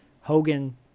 Hogan